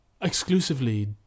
Exclusively